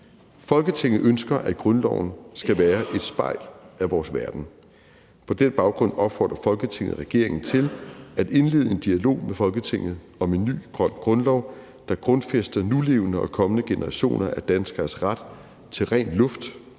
Folketinget ønsker, at grundloven skal være et spejl af vores verden. På den baggrund opfordrer Folketinget regeringen til at indlede en dialog med Folketinget om en ny grøn grundlov, der grundfæster nulevende og kommende generationer af danskeres ret til ren luft,